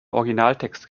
originaltext